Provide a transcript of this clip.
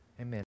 Amen